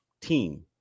team